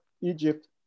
Egypt